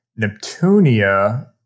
Neptunia